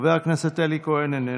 חבר הכנסת אלי כהן, איננו.